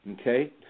okay